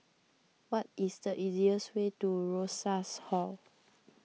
what is the easiest way to Rosas Hall